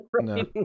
No